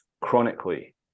chronically